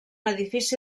edifici